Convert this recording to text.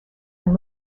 and